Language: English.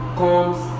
comes